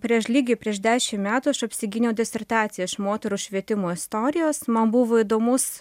prieš lygiai prieš dešimt metų aš apsigyniau disertaciją iš moterų švietimo istorijos man buvo įdomus